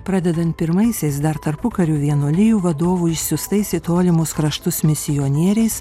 pradedant pirmaisiais dar tarpukariu vienuolijų vadovų išsiųstais į tolimus kraštus misionieriais